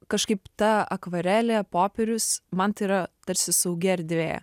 kažkaip ta akvarelė popierius man tai yra tarsi saugi erdvė